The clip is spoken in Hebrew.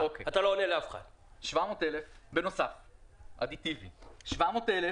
כולל מרשת הוט,